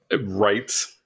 right